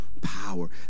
power